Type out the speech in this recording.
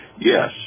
Yes